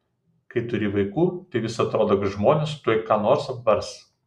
kai turi vaikų tai vis atrodo kad žmonės tuoj ką nors apvers